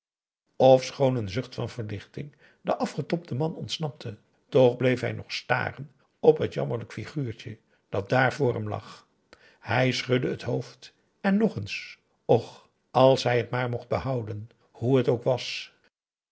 ofschoon een zucht van verlichting den afgetobden man ontsnapte toch bleef hij nog staren op het jammerlijk figuurtje dat daar voor hem lag hij schudde het hoofd en nog eens och als hij het maar mocht behouden hoe het ook was